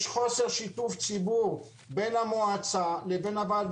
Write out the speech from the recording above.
יש חוסר שיתוף ציבור בין המועצה לבין הוועדה,